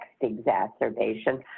exacerbation